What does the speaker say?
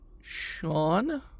Sean